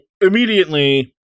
immediately